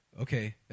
okay